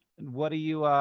and what do you,